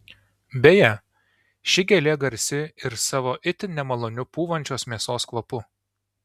beje ši gėlė garsi ir savo itin nemaloniu pūvančios mėsos kvapu